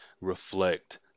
reflect